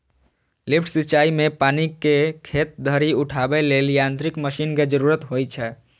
lift सिंचाइ मे पानि कें खेत धरि उठाबै लेल यांत्रिक मशीन के जरूरत होइ छै